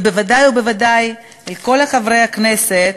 ובוודאי ובוודאי לכל חברי הכנסת,